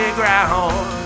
ground